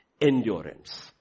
endurance